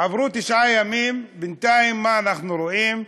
עברו תשעה ימים, בינתיים, מה אנחנו רואים?